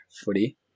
footy